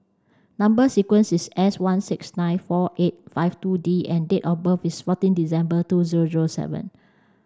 number sequence is S one six nine four eight five two D and date of birth is fourteen December two zero zero seven